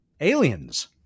aliens